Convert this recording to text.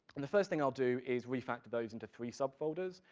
and the first thing i'll do is refactor those into three sub folders.